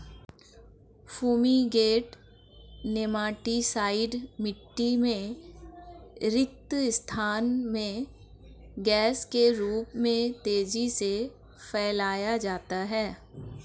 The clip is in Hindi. फूमीगेंट नेमाटीसाइड मिटटी में रिक्त स्थान में गैस के रूप में तेजी से फैलाया जाता है